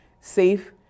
safe